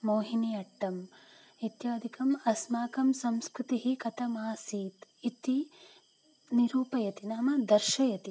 मोहिनि अट्टम् इत्यादिकम् अस्माकं संस्कृतिः कथमासीत् इति निरूपयति नाम दर्शयति